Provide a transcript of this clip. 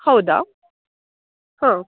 ಹೌದಾ ಹಾಂ